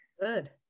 good